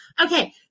okay